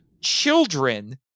children